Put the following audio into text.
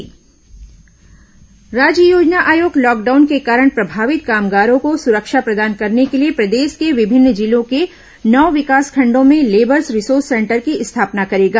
labours resource centre राज्य योजना आयोग लॉकडाउन के कारण प्रभावित कामगारों को सुरक्षा प्रदान करने के लिए प्रदेश के विभिन्न जिलों के नौ विकासखंडों में लेबर्स रिसोर्स सेंटर की स्थापना करेगा